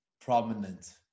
prominent